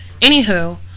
Anywho